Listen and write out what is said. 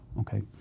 okay